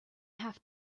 have